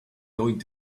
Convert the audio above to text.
going